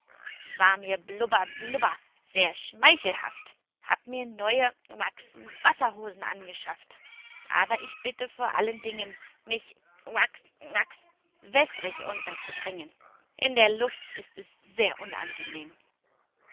war mir blubber blubber sehr schmeichelhaft hab mir neue uax wasserhosen angeschafft aber ich bitte vor allen dingen mich uax uax wässerig unterzubringen in der luft ist es sehr unangenehm